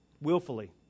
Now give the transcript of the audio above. willfully